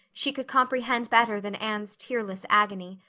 she could comprehend better than anne's tearless agony.